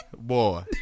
Boy